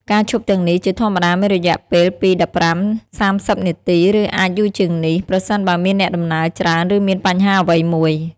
ការឈប់ទាំងនេះជាធម្មតាមានរយៈពេលពី ១៥ ទៅ ៣០ នាទី ឬអាចយូរជាងនេះ ប្រសិនបើមានអ្នកដំណើរច្រើន ឬមានបញ្ហាអ្វីមួយ។